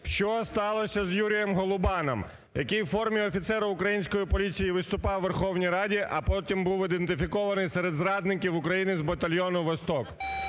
що сталося з Юрієм Голубаном, який в формі офіцера української поліції виступав в Верховній Раді, а потім був ідентифікований серед зрадників України з батальйону "Восток".